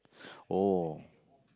oh